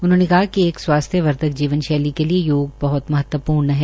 उन्होंने कहा कि एक स्वास्थय वर्धक जीवन शैली के लिए योग बहुत महत्वपूर्ण है